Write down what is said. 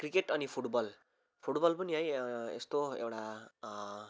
cricket अनि football football पनि है यस्तो एउटा